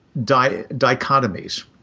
dichotomies